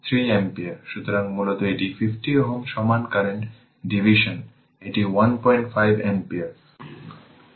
সুতরাং মূলত এটি 50 Ω সমান কারেন্ট ডিভিশন এটি 15 অ্যাম্পিয়ার 15 অ্যাম্পিয়ার হবে